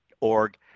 org